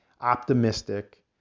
optimistic